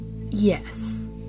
Yes